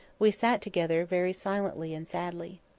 we sat together very silently and sadly.